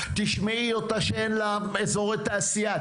תשמעי אותה שאין לה אזורי תעשייה,